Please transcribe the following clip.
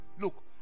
look